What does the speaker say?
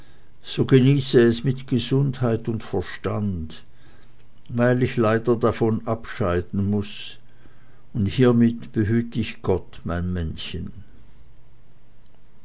so genieße es mit gesundheit und verstand weil ich leider davon abscheiden muß und hiemit behüt dich gott mein männchen